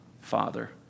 father